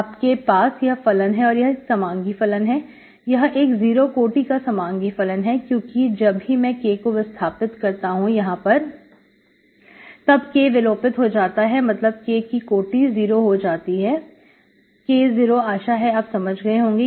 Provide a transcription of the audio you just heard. आपके पास यह फलन है और यह एक समांगी फलन है यह एक 0 कोटी का समांगी फलन है क्योंकि जब भी मैं K को विस्थापित करता हूं यहां पर तब K विलोपित हो जाता है मतलब K की कोटी 0 हो जाती है K0 आशा है आप समझ गए होंगे